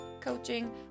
coaching